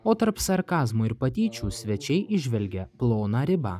o tarp sarkazmo ir patyčių svečiai įžvelgia ploną ribą